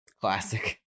classic